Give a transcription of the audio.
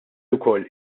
wkoll